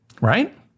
right